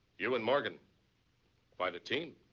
you and morgan are quite a team.